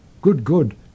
good-good